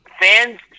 fans